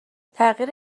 تغییر